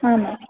ಹಾಂ ಮ್ಯಾಮ್